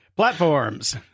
platforms